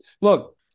look